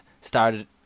started